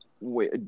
Wait